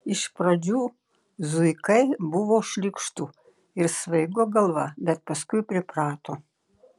iš pradžių zuikai buvo šlykštu ir svaigo galva bet paskui priprato